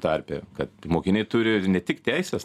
tarpe kad mokiniai turi ne tik teises